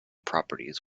properties